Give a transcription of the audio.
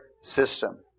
system